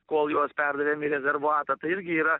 kol juos perdavėm į rezervuatą tai irgi yra